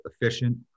efficient